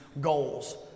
goals